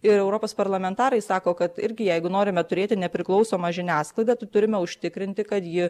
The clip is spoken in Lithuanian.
ir europos parlamentarai sako kad irgi jeigu norime turėti nepriklausomą žiniasklaidą tai turime užtikrinti kad ji